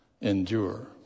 endure